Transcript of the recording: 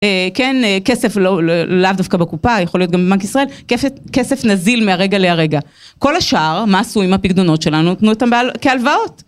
כן, כסף לא... לאו דווקא בקופה, יכול להיות גם בבנק ישראל, כסף נזיל מהרגע להרגע. כל השאר, מה עשו עם הפקדונות שלנו? נתנו אותן כהלוואות.